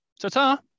ta-ta